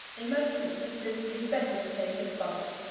in most instances it is better to say despite.